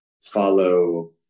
follow